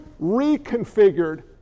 reconfigured